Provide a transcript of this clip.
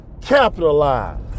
Capitalize